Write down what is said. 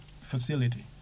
facility